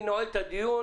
אני נועל את הדיון,